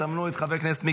שיסמנו את חבר הכנסת מיקי,